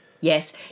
Yes